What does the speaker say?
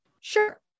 Sure